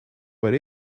but